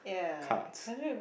cards